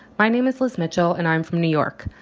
my name is liz mitchell, and i'm from new york.